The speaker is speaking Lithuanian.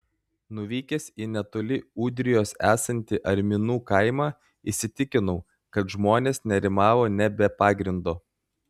nuvykęs į netoli ūdrijos esantį arminų kaimą įsitikinau kad žmonės nerimavo ne be pagrindo